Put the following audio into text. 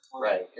Right